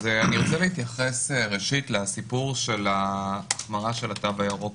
אני רוצה להתייחס ראשית לסיפור של ההחמרה של התו הירוק.